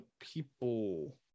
people